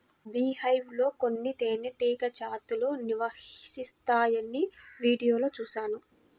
beehive లో కొన్ని తేనెటీగ జాతులు నివసిస్తాయని వీడియోలో చూశాను